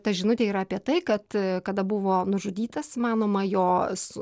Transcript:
ta žinutė yra apie tai kad kada buvo nužudytas manoma jos